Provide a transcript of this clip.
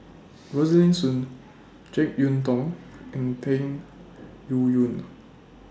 Rosaline Soon Jek Yeun Thong and Peng Yuyun